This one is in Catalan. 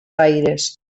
aires